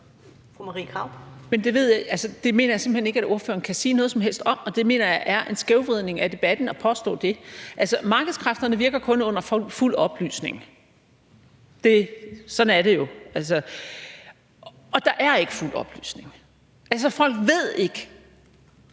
jeg simpelt hen ikke at ordføreren kan sige noget som helst om, og jeg mener, det er en skævvridning af debatten at påstå det. Altså, markedskræfterne virker kun under fuld oplysning – sådan er det jo – og der er ikke fuld oplysning. Altså, folk ved ikke,